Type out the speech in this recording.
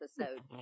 episode